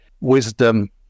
wisdom